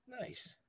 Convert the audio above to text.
Nice